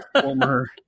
former